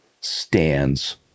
stands